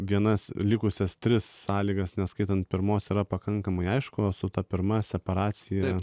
vienas likusias tris sąlygas neskaitant pirmos yra pakankamai aišku su ta pirma separacija